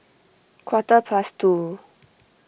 quarter past two